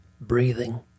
Breathing